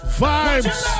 vibes